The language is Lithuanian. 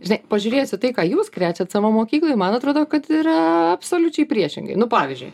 žinai pažiūrėsi tai ką jūs krečiat savo mokykloje man atrodo kad yra absoliučiai priešingai nu pavyzdžiui